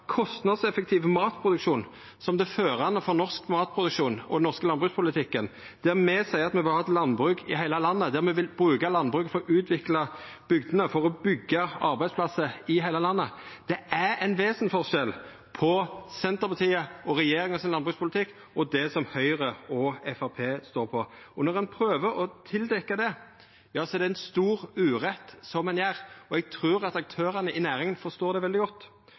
førande for den norske matproduksjonen og den norske landbrukspolitikken, seier me at me vil ha landbruk i heile landet, at me vil bruka landbruket til å utvikla bygdene, til å byggja arbeidsplassar i heile landet – det er ein vesens forskjell mellom Senterpartiet og regjeringa sin landbrukspolitikk og det Høgre og Framstegspartiet står for. Og når ein prøver å dekkja til det, gjer ein stor urett, og eg trur aktørane i næringa forstår det veldig godt.